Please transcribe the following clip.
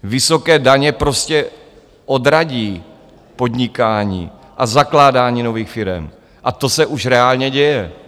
Vysoké daně prostě odradí podnikání a zakládání nových firem, a to se už reálně děje.